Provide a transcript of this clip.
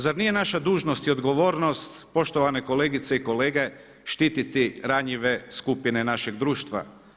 Zar nije naša dužnost i odgovornost, poštovane kolegice i kolege, štiti ranjive skupine našeg društva?